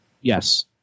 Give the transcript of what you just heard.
Yes